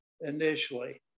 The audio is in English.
initially